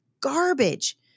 garbage